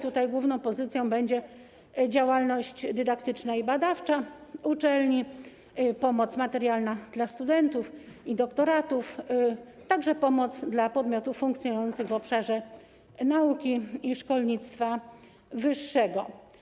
Tutaj główną pozycją będzie działalność dydaktyczna i badawcza uczelni, pomoc materialna dla studentów i doktorantów, a także pomoc dla podmiotów funkcjonujących w obszarze nauki i szkolnictwa wyższego.